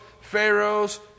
Pharaoh's